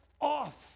off